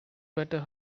better